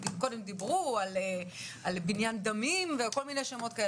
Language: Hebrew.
דברו על בניין דמים וכדומה,